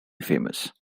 famous